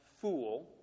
fool